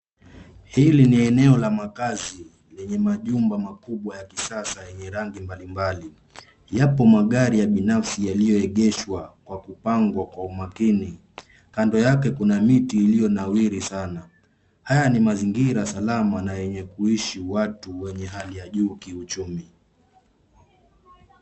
Hili ni eneo la makazi lenye majumba makubwa ya kisasa yenye rangi mbalimbali. Yapo magari ya binafsi yaliyoegeshwa kwa kupangwa kwa umakini. Kando yake, kuna miti iliyonawiri sana. Haya ni mazingira salama na yenye kuishi watu wenye hali ya juu kiuchumi.